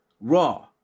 Raw